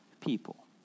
people